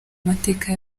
mateka